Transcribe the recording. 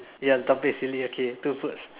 ya topic is silly okay two foods